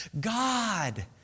God